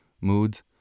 moods